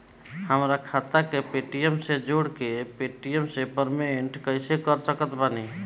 हमार खाता के पेटीएम से जोड़ के पेटीएम से पेमेंट कइसे कर सकत बानी?